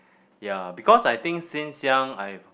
ya because I think since young I've